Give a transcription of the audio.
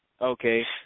Okay